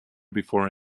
before